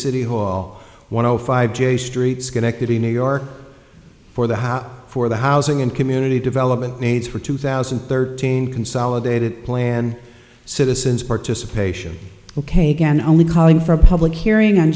city hall one o five j street schenectady new york for the house for the housing and community development needs for two thousand and thirteen consolidated plan citizens participation ok again only calling for a public hearing on